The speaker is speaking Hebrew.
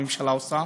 הממשלה עושה,